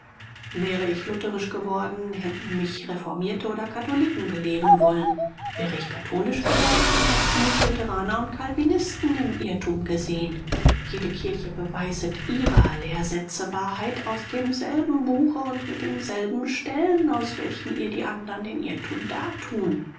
wäre ich lutherisch geworden hätten mich reformierte oder katholiken belehren wollen wäre ich katholisch geworden hätten mich lutheraner und calvinisten im irrtum gesehen jede kirche beweiset ihrer lehrsätze wahrheit aus demselben buche und mit denselben stellen aus welchen ihr die andern den irrtum dartun